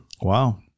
Wow